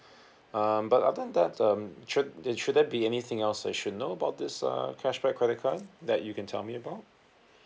um but other than that um should should there be anything else I should know about this uh cashback credit card that you can tell me about